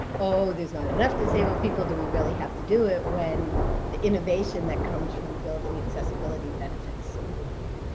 oh, there's not enough disabled people. do we really have to do it? when the innovation that comes from building accessibility benefits everybody.